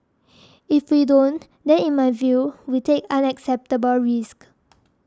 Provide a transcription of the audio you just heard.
if we don't then in my view we take unacceptable risks